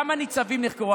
כמה ניצבים נחקרו,